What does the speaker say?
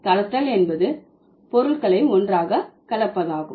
கலத்தல் என்பது பொருள்களை ஒன்றாக கலப்பதாகும்